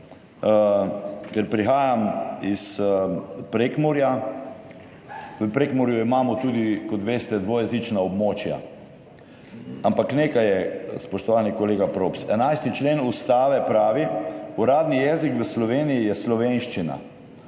ker prihajam iz Prekmurja. V Prekmurju imamo tudi, kot veste dvojezična območja, ampak nekaj je, spoštovani kolega Props, 11. člen Ustave pravi, uradni jezik v Sloveniji je slovenščina.